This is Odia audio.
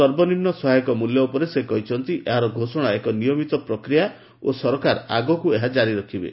ସର୍ବନିମ୍ନ ସହାୟକ ମୂଲ୍ୟ ଉପରେ ସେ କହିଛନ୍ତି ଏହାର ଘୋଷଣା ଏକ ନିୟମିତ ପ୍ରକ୍ରିୟା ଓ ସରକାର ଆଗକୁ ଏହା ଜାରି ରଖିବେ